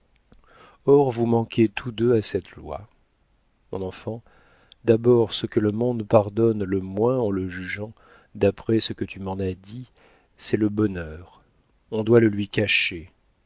or vous manquez tous deux à cette loi mon enfant d'abord ce que le monde pardonne le moins en le jugeant d'après ce que tu m'en as dit c'est le bonheur on doit le lui cacher